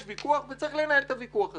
יש ויכוח וצריך לנהל את הוויכוח הזה.